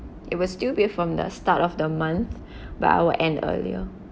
it will still be from the start of the month but I will end earlier